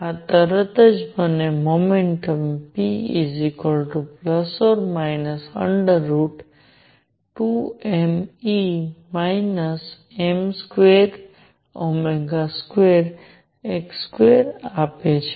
આ તરત જ મને મોમેન્ટમ p ±√ આપે છે